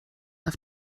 auf